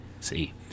See